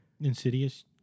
Insidious